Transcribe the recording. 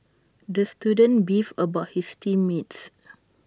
the student beefed about his team mates